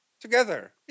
together